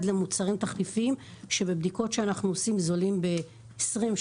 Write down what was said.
למוצרים תחליפיים שבבדיקות שאנחנו עושים זולים ב-20%,